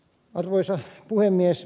arvoisa puhemies